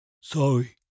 Sorry